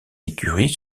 écuries